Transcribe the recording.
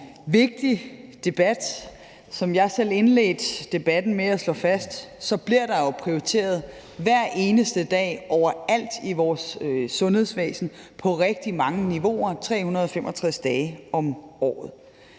vigtig debat. Som jeg selv indledte debatten med at slå fast, bliver der jo prioriteret hver eneste dag overalt i vores sundhedsvæsen på rigtig mange niveauer 365 dage om året.